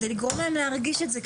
כדי לגרום להם להרגיש את זה,